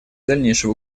дальнейшего